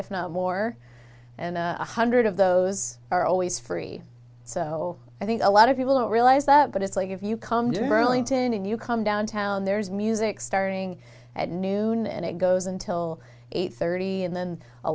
if not more and one hundred of those are always free so i think a lot of people don't realize that but it's like if you come to burlington and you come down to there's music starting at noon and it goes until eight thirty and then a